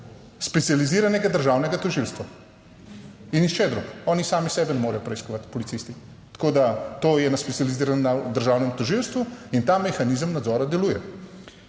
Specializiranega državnega tožilstva in nihče drug. Oni sami sebe ne morejo preiskovati policisti, tako da to je na Specializiranem državnem tožilstvu in ta mehanizem nadzora deluje.